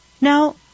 Now